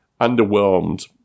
underwhelmed